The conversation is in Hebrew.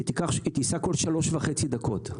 היא תיסע כל שלוש וחצי דקות.